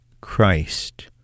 Christ